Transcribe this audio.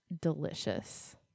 delicious